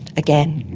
again,